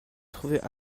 trouver